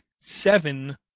seven